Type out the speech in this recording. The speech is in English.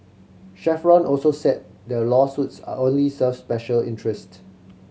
Chevron also said the lawsuits only serve special interests